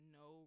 no